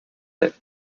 left